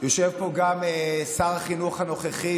יושב פה גם שר החינוך הנוכחי,